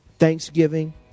Thanksgiving